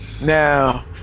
Now